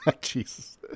Jesus